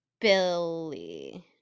Billy